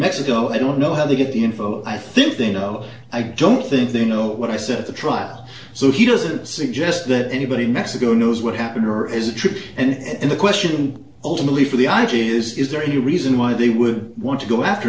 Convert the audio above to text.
mexico i don't know how they get the info i think they know i don't think they know what i said at the trial so he doesn't suggest that anybody in mexico knows what happened or is a trip and the question ultimately for the i g is is there any reason why they would want to go after